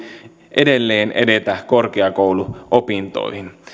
edelleen edetä korkeakouluopintoihin